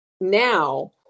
now